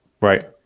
right